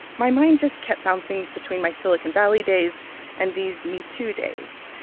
my mind just kept bouncing between my silicon valley days and these metoo days,